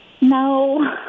No